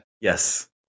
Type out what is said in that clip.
Yes